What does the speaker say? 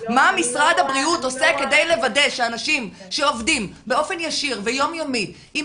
מה משרד הבריאות עושה כדי לוודא שאנשים שעובדים באופן ישיר ויום-יומי עם